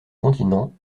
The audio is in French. continent